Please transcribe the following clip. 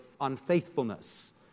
unfaithfulness